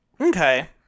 Okay